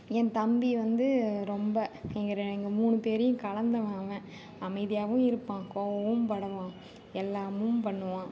என் தம்பி வந்து ரொம்ப எங்க ரெ எங்கள் மூணு பேரையும் கலந்தவன் அவன் அமைதியாகவும் இருப்பான் கோவமும் படுவான் எல்லாமும் பண்ணுவான்